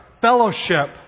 fellowship